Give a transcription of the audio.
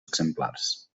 exemplars